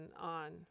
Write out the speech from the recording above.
on